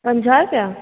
पंजाह रुपिया